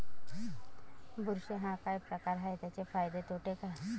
बुरशी हा काय प्रकार आहे, त्याचे फायदे तोटे काय?